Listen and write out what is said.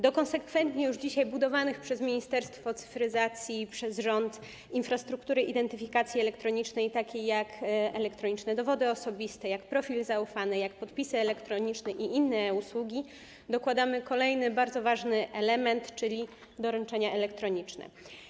Do konsekwentnie już dzisiaj budowanej przez Ministerstwo Cyfryzacji i przez rząd infrastruktury identyfikacji elektronicznej, obejmującej m.in. elektroniczne dowody osobiste, profil zaufany, podpisy elektroniczne i inne usługi, dokładamy kolejny bardzo ważny element, czyli doręczenia elektroniczne.